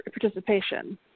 participation